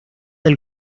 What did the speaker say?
del